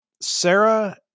Sarah